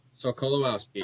Sokolowski